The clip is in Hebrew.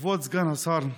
כבוד סגן השר,